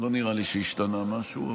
לא נראה לי שהשתנה משהו.